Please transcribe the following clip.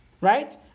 right